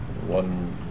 one